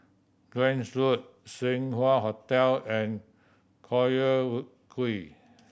Grange Road Seng Wah Hotel and Collyer Quay